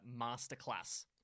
Masterclass